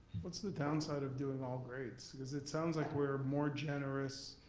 what's the downside of doing all grades? cause it sounds like we are more generous,